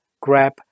Grab